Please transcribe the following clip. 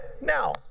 Now